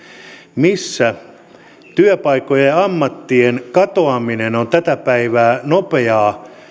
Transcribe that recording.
missä työpaikkojen ja ammattien katoaminen on tänä päivänä nopeaa